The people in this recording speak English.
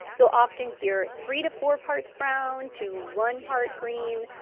you'll often hear three to four parts brown to one part green,